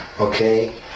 okay